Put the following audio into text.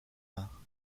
mains